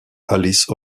alice